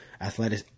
athletic